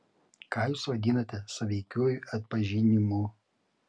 ką jūs vadinate sąveikiuoju atpažinimu